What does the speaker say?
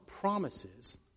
promises